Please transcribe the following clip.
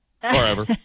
Forever